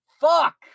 Fuck